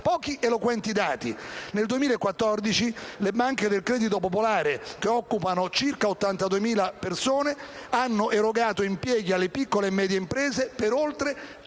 Pochi ed eloquenti dati: nel 2014 le banche del credito popolare, che occupano circa 82.000 persone, hanno erogato impieghi alle piccole e medie imprese per oltre